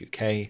UK